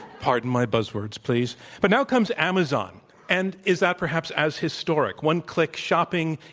pardon my buzzwords, please. but now comes amazon and is that perhaps as historic, one click shopping,